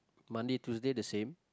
Monday Tuesday the same